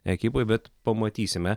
ekipai pamatysime